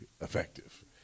effective